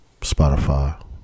Spotify